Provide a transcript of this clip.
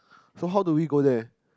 so how do we go there